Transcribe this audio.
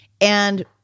and-